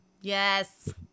yes